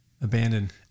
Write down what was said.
abandoned